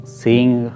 seeing